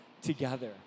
together